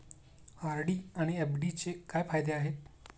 RD आणि एफ.डीचे काय फायदे आहेत?